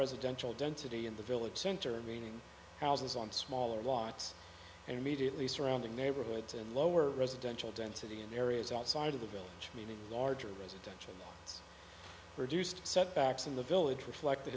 residential density in the village center meaning houses on smaller walks and immediately surrounding neighborhoods and lower residential density in areas outside of the village meaning larger residential produced setbacks in the village reflect the